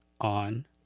on